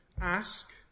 ask